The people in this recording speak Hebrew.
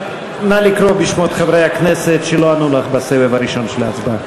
לקרוא בשמות חברי הכנסת שלא ענו לך בסבב הראשון של ההצבעה.